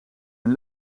een